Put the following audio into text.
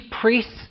priests